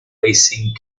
racing